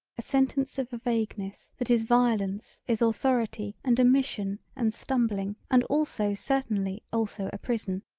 a sentence of a vagueness that is violence is authority and a mission and stumbling and also certainly also a prison.